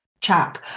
chap